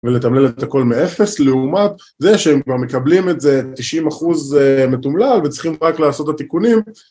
ולתמלל את הכל מ-0, לעומת זה שהם כבר מקבלים את זה 90% מתומלל וצריכים רק לעשות את התיקונים.